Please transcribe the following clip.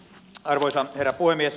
arvoisa herra puhemies